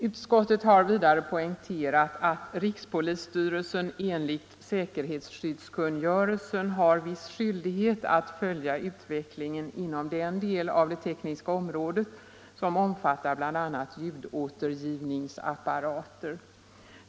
Utskottet har vidare poängterat att rikspolisstyrelsen enligt säkerhetsskyddskungörelsen har viss skyldighet att följa utvecklingen inom den del av det tekniska området som omfattar bl.a. ljudåtergivningsapparater.